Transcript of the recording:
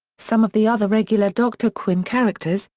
some of the other regular dr. quinn characters,